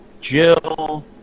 Jill